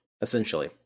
essentially